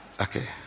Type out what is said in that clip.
Okay